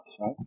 right